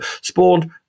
spawned